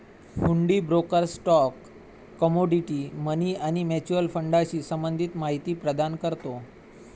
हुंडी broker stock, commodity, money आणि mutual फंडाशी संबंधित माहिती प्रदान करतो